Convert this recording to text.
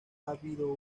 habido